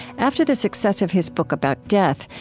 after the success of his book about death,